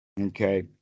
Okay